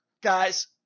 guys